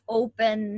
open